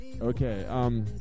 Okay